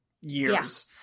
years